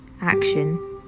action